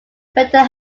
benton